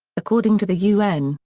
according to the un,